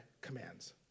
commands